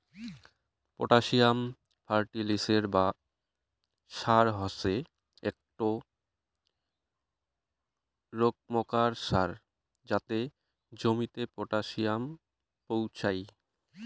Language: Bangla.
পটাসিয়াম ফার্টিলিসের বা সার হসে একটো রোকমকার সার যাতে জমিতে পটাসিয়াম পোঁছাই